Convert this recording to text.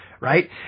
right